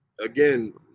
Again